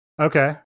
okay